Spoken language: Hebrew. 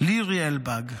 לירי אלבג,